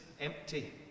empty